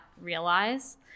realize